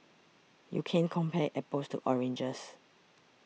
you can't compare apples to oranges